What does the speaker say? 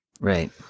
Right